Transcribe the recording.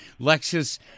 Lexus